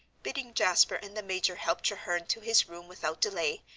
bidding jasper and the major help treherne to his room without delay,